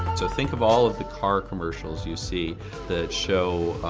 think of all of the car commercials you see that show,